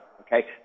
okay